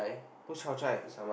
who's Hao-Chai